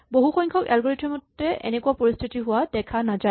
বহু সংখ্যক এলগৰিথম তে এনেকুৱা পৰিস্হিতি হোৱা দেখা নাযায়